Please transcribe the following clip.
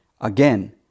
again